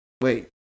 Wait